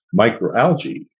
microalgae